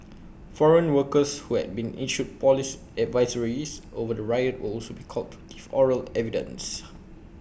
foreign workers who had been issued Police advisories over the riot will also be called to give oral evidence